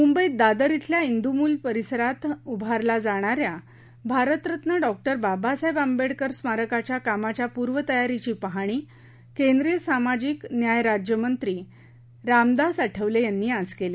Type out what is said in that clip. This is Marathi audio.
मुंबईत दादर अिल्या ड्रू मिल परिसरात उभारला जाणाऱ्या भारतरत्न डॉ बाबासाहेब आंबेडकर स्मारकाच्या कामाच्या पूर्वतयारीची पाहणी केंद्रीय सामाजिक न्याय राज्य मंत्री रामदास आठवले यांनी आज केली